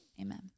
Amen